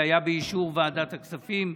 זה היה באישור ועדת הכספים,